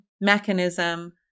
mechanism